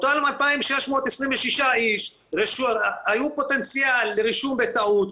2,626 אנשים היו פוטנציאל לרישום בטעות.